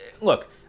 look